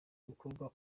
gukorwa